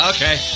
Okay